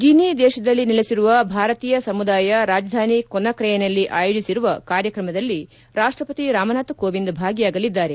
ಗಿನಿ ದೇಶದಲ್ಲಿ ನೆಲೆಸಿರುವ ಭಾರತೀಯ ಸಮುದಾಯ ರಾಜಧಾನಿ ಕೊನಾಕ್ರೆಯೆನಲ್ಲಿ ಆಯೋಜಿಸಿರುವ ಕಾರ್ಯಕ್ರಮದಲ್ಲಿ ರಾಷ್ಷಪತಿ ರಾಮನಾಥ್ ಕೋವಿಂದ್ ಭಾಗಿಯಾಗಲಿದ್ದಾರೆ